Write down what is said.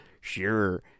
sure